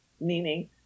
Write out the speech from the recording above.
meaning